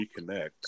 reconnect